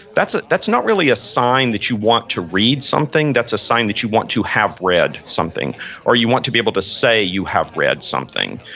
that's ah that's not really a sign that you want to read something. that's a sign that you want to have read something or you want to be able to say you have read something.